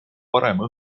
parema